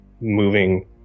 moving